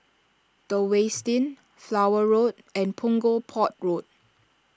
the Westin Flower Road and Punggol Port Road